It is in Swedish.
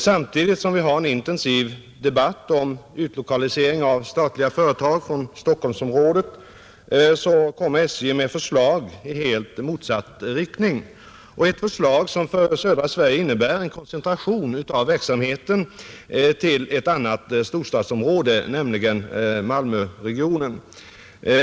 Samtidigt som vi har en intensiv debatt om utlokalisering av statliga företag från Stockholmsområdet kommer SJ med förslag i helt motsatt riktning, ett förslag som för södra Sverige innebär en koncentration av verksamheten till ett annat storstadsområde, nämligen Malmöregionen.